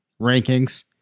rankings